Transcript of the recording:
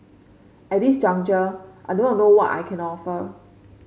at this juncture I do not know what I can offer